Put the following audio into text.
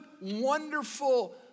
wonderful